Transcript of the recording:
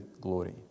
glory